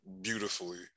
beautifully